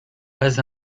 pas